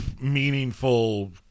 meaningful